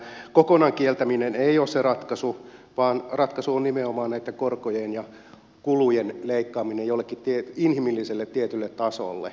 kokonaan kieltäminen ei ole se ratkaisu vaan ratkaisu on nimenomaan näitten korkojen ja kulujen leikkaaminen jollekin inhimilliselle tietylle tasolle